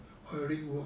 rig work